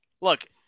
Look